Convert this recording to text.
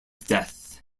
death